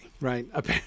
right